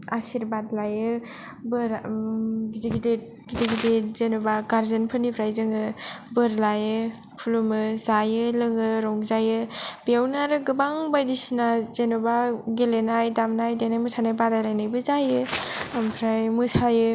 आसिरबाद लायो बोर गिदिद गिदिद जेनावबा गारजेन फोरनिफ्राय जोंयो बोर लायो खुलुमो जायो लोंयो रंजायो बेयावनो आरो गोबां बायदिसिना जेनावबा गेलेनाय दामनाय देनाय मोसानाय बादाइ लायनायबो जायो आमफ्राय मोसायो